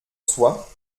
soit